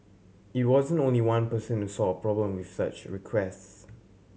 it wasn't only one person who saw a problem with such requests